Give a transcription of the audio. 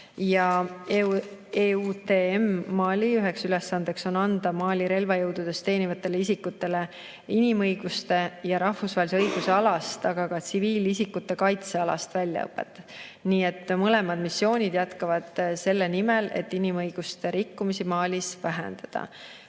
EUTM Mali üks ülesandeid on anda Mali relvajõududes teenivatele isikutele inimõiguste ja rahvusvahelise õiguse alast, aga ka tsiviilisikute kaitse alast väljaõpet. Nii et mõlemad missioonid jätkavad selle nimel, et inimõiguste rikkumisi Malis vähendada. Küsimus